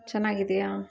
ಚೆನ್ನಾಗಿದೀಯ